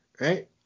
right